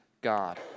God